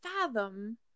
fathom